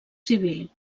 civil